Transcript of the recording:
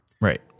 right